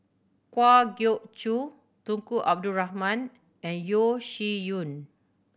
Kwa Geok Choo Tunku Abdul Rahman and Yeo Shih Yun